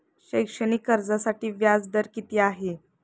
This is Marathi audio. शैक्षणिक कर्जासाठी व्याज दर किती आहे?